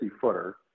footer